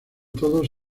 todos